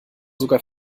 sogar